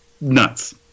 nuts